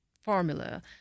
formula